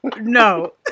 No